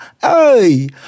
Hey